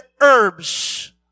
herbs